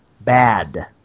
bad